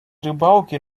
рибалки